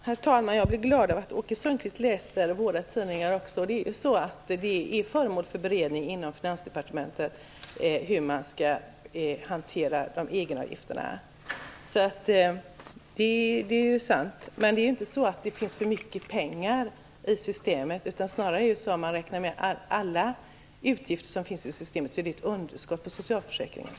Herr talman! Jag blir glad över att Åke Sundqvist läser våra tidningar också. Hur man skall hantera egenavgifterna är ju föremål för beredning inom Finansdepartementet - det är sant. Men det är ju inte så att det finns för mycket pengar i systemet. Snarare är det ett underskott på socialförsäkringen, om man räknar med alla utgifter som finns i systemet.